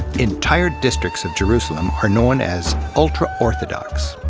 entire districts of jerusalem are known as ultra-orthodox.